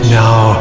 now